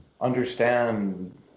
understand